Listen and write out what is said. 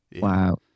Wow